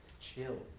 chill